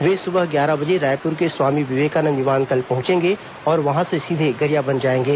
वे सुबह ग्यारह बजे रायपुर के स्वामी विवेकानंद विमानतल पहंचेंगे और वहां से सीधे गरियाबंद जाएंगे